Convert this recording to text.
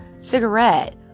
Cigarette